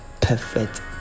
perfect